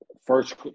First